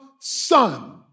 son